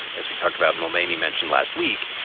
as we talked about, momani mentioned last week,